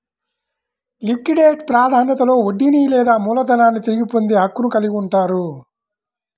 liquidate ప్రాధాన్యతలో వడ్డీని లేదా మూలధనాన్ని తిరిగి పొందే హక్కును కలిగి ఉంటారు